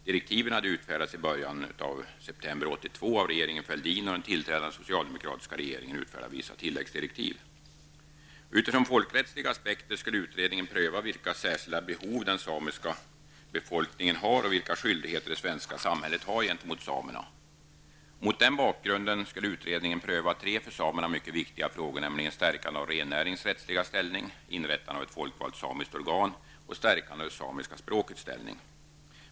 Direktiven hade utfärdats i början av september 1982 av regeringen Fälldin, och den tillträdande socialdemokratiska regeringen utfärdade vissa tilläggsdirektiv. Utifrån folkrättsliga aspekter skulle utredningen pröva vilka särskilda behov den samiska befolkningen har och vilka skyldigheter det svenska samhället har gentemot samerna. Mot denna bakgrund skulle utredningen pröva tre för samerna mycket viktiga frågor, nämligen stärkande av rennäringens rättsliga ställning, inrättande av ett folkvalt samiskt organ och stärkande av det samiska språkets ställning.